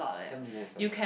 ten million is a lot